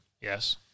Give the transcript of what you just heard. yes